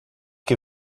que